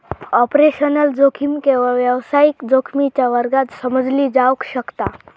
operational जोखीम केवळ व्यावसायिक जोखमीच्या वर्गात समजली जावक शकता